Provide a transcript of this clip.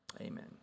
Amen